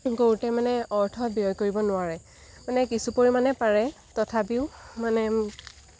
কৰোঁতে মানে অৰ্থ ব্যয় কৰিব নোৱাৰে মানে কিছু পৰিমাণে পাৰে তথাপিও মানে